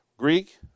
Greek